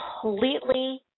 completely